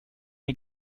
may